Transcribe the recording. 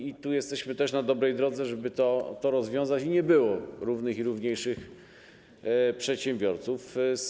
I tu jesteśmy też na dobrej drodze, żeby to rozwiązać, żeby nie było równych i równiejszych przedsiębiorców.